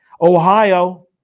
Ohio